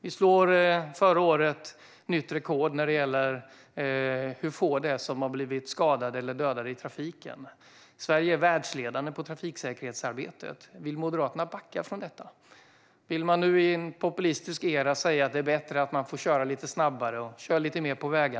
Vi slog förra året nytt rekord i hur få som blivit skadade eller dödade i trafiken. Sverige är världsledande i trafiksäkerhetsarbetet. Vill Moderaterna nu i en populistisk era backa från detta och säga att det är bättre att man får köra lite snabbare och lite mer på vägarna?